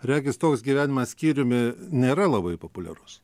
regis toks gyvenimas skyriumi nėra labai populiarus